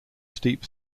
steep